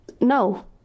No